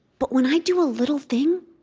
but when i do a little thing,